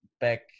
back